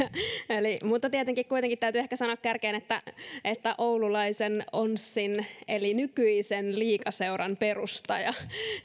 mutta tietenkin kuitenkin täytyy ehkä sanoa kärkeen että oululaisen onsin eli nykyisen liigaseuran perustaja